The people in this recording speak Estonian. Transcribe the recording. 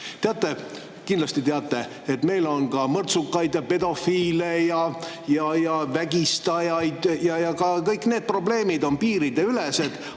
Teate – kindlasti teate –, et meil on ka mõrtsukaid, pedofiile ja vägistajaid ja ka kõik need probleemid on piiriülesed,